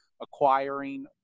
acquiring